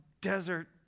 desert